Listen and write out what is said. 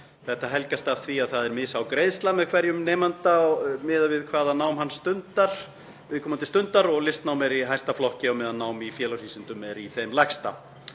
Þetta helgast af því að það er mishá greiðsla með hverjum nemanda miðað við hvaða nám viðkomandi stundar og listnám er í hæsta flokki á meðan nám í félagsvísindum er í þeim lægsta.